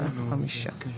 אז חמישה.